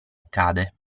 accade